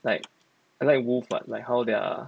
like I like wolf [what] like how they're